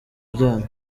byanyu